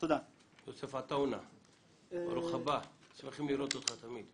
יוסף אלעטאונה, ברוך הבא, שמחים לראות אותך תמיד.